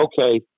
okay